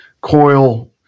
coil